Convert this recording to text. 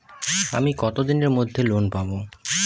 আমি কতদিনের মধ্যে লোন পাব?